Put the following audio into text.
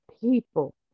people